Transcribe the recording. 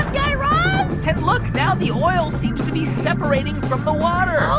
guy raz and look. now the oil seems to be separating from the water